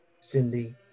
Cindy